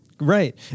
right